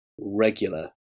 regular